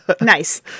Nice